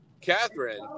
Catherine